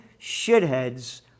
shitheads